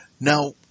Now